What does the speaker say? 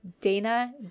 Dana